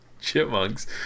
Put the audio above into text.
chipmunks